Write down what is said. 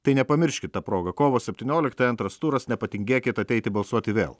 tai nepamirškit ta proga kovo septynioliktąją antras turas nepatingėkit ateiti balsuoti vėl